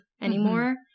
anymore